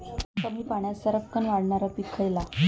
कमी पाण्यात सरक्कन वाढणारा पीक खयला?